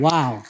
Wow